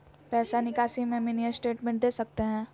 पैसा निकासी में मिनी स्टेटमेंट दे सकते हैं?